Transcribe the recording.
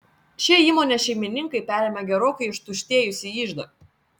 šie įmonės šeimininkai perėmė gerokai ištuštėjusį iždą